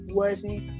worthy